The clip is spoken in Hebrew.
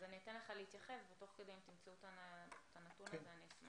אז אני אתן לך להתייחס ותוך כדי אם תמצאו את הנתון הזה אני אשמח.